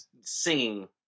singing